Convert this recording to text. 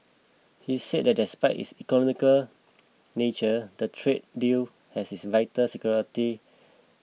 he said that despite its economic nature the trade deal has its vital security